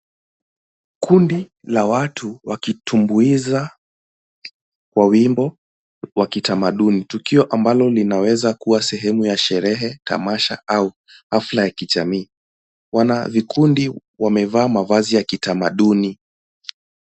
Kundi la watu wakitumbuiza kwa wimbo wa kitamaduni, tukio ambalo linaweza kuwa sehemu ya sherehe, tamasha au hafla ya kijamii. Wanavikundi wamevaa mavazi ya kitamaduni.